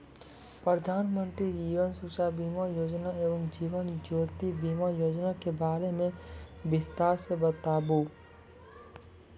प्रधान मंत्री जीवन सुरक्षा बीमा योजना एवं जीवन ज्योति बीमा योजना के बारे मे बिसतार से बताबू?